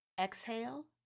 Exhale